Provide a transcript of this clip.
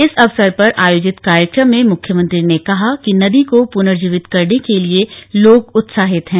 इस अवसर पर आयोजित कार्यक्रम में मुख्यमंत्री ने कहा कि नदी को पुनर्जीवित करने के लिए लोग उत्साहित हैं